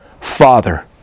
Father